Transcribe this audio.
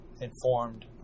informed